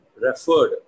referred